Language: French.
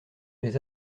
les